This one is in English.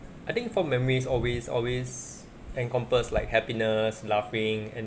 I think fond memories always always encompass like happiness laughing and